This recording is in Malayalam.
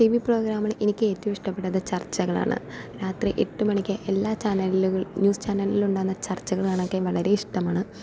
ടിവി പ്രോഗ്രാമിൽ എനിക്ക് ഏറ്റവും ഇഷ്ടപ്പെട്ടത് ചർച്ചകളാണ് രാത്രി എട്ട് മണിക്ക് എല്ലാ ചാനലിലും ന്യൂസ് ചാനലിലും ഉണ്ടാകുന്ന ചർച്ചകൾ കാണാൻ എനിക്ക് വളരെ ഇഷ്ടമാണ്